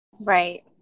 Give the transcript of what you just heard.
right